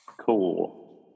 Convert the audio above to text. Cool